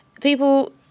People